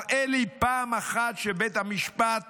הראה לי פעם אחת שבית המשפט